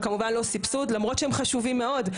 וכמובן לא סבסוד למרות שהם חשובים מאוד,